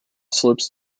slopes